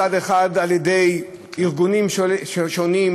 מצד אחד על ידי ארגונים שונים,